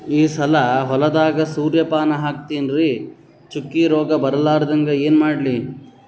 ಈ ಸಲ ಹೊಲದಾಗ ಸೂರ್ಯಪಾನ ಹಾಕತಿನರಿ, ಚುಕ್ಕಿ ರೋಗ ಬರಲಾರದಂಗ ಏನ ಮಾಡ್ಲಿ?